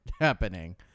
happening